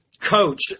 Coach